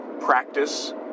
practice